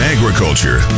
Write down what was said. Agriculture